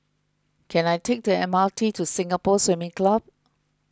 can I take the M R T to Singapore Swimming Club